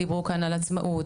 דיברו כאן על עצמאות,